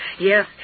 Yes